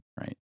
right